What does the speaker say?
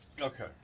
Okay